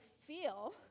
feel